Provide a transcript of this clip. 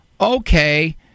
okay